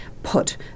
put